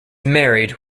married